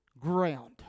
ground